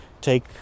take